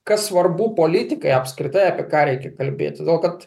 kas svarbu politikai apskritai apie ką reikia kalbėti todėl kad